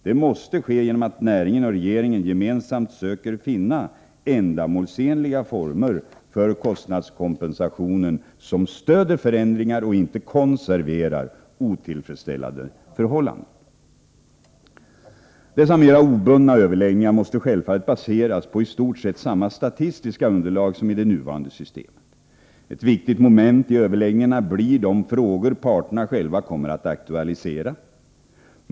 Det måste ske genom att näringen och regeringen gemensamt söker finna ändamålsenliga former för kostnadskompensationen som stöder förändringar och inte konserverar otillfredsställande förhållanden. Dessa mer obundna överläggningar måste självfallet baseras på i stort sett samma statistiska underlag som i det nuvarande systemet. Ett viktigt moment i överläggningarna blir de frågor parterna själva kommer att aktualisera.